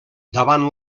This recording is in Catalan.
davant